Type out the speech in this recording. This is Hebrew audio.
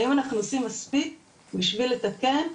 האם אנחנו עושים מספיק בשביל לתקן,